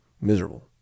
Miserable